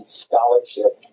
scholarship